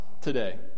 today